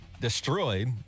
destroyed